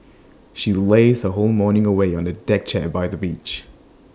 she lazed her whole morning away on A deck chair by the beach